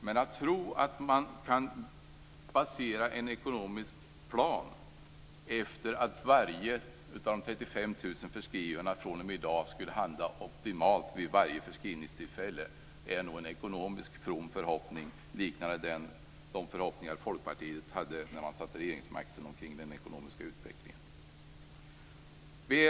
Men att tro att man kan basera en ekonomisk plan på att var och en av de 35 000 förskrivarna fr.o.m. i dag skulle handla optimalt vid varje förskrivningstillfälle är att hysa en ekonomiskt from förhoppning, liknande de förhoppningar Folkpartiet hade på den ekonomiska utvecklingen då man satt vid regeringsmakten. Fru talman!